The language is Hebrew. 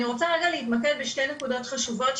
אני רוצה רגע להתמקד בשתי נקודות חשובות,